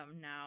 now